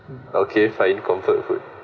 okay fine comfort food